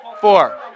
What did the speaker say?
Four